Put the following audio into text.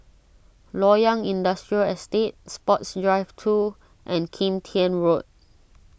Loyang Industrial Estate Sports Drive two and Kim Tian Road